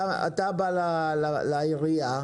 אתה בא לעירייה,